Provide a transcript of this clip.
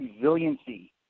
resiliency